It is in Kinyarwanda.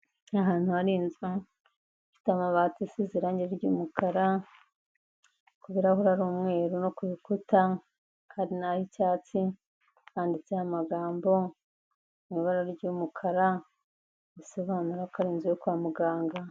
Ahantu hari inzu ifite amabati isize irangi ry'umukara ku birabura by'umweru ku rukuta rw'icyatsi handitse amagambo mu ibara ry'umukara risobanura ko aririnze inzu yo kwa muganga.